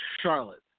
Charlotte